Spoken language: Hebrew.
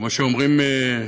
כמו שאומרים,